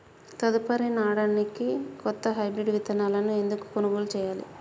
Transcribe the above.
తదుపరి నాడనికి కొత్త హైబ్రిడ్ విత్తనాలను ఎందుకు కొనుగోలు చెయ్యాలి?